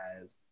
guys